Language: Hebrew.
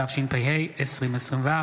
התשפ"ה 2024,